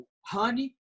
Honey